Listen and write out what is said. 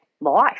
life